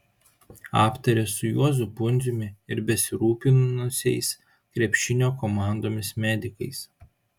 aptarė su juozu pundziumi ir besirūpinusiais krepšinio komandomis medikais